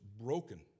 broken